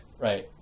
Right